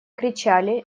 кричали